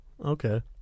Okay